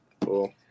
Cool